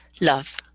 love